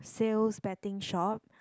sales betting shop